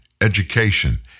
education